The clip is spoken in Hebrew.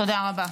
תודה רבה.